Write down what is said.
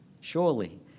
surely